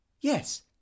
yes